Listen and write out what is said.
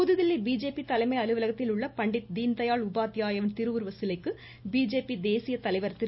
புதுதில்லி BJP தலைமை அலுவலகத்தில் உள்ள பண்டிட் தீன்தயாள் உபாத்யாயாவின் திருவுருவ சிலைக்கு பிஜேபி தேசிய தலைவர் திரு